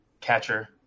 catcher